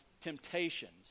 temptations